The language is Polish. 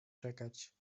czekać